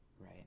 right